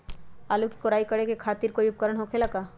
आलू के कोराई करे खातिर कोई उपकरण हो खेला का?